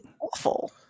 awful